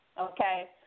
okay